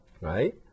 right